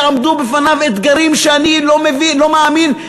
יעמדו בפניו אתגרים שאני לא מאמין,